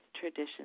tradition